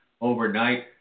overnight